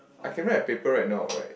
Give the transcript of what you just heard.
I can write a paper right now right